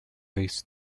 this